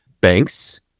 banks